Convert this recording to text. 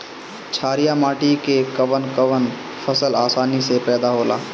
छारिया माटी मे कवन कवन फसल आसानी से पैदा होला?